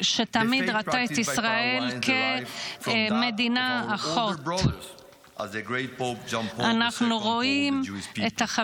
עם המעבר הזה, לידידות ההיסטורית שלנו שוב יהיה לב